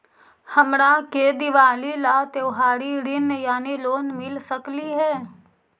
हमरा के दिवाली ला त्योहारी ऋण यानी लोन मिल सकली हे?